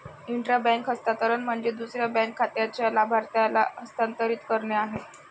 intra bank हस्तांतरण म्हणजे दुसऱ्या बँक खात्याच्या लाभार्थ्याला हस्तांतरित करणे आहे